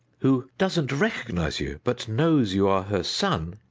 who doesn't recognize you but knows you are her son.